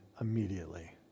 immediately